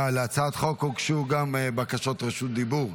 להצעת החוק הוגשו גם בקשות רשות דיבור.